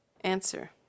Answer